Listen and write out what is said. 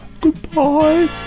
goodbye